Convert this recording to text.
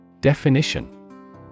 Definition